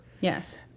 Yes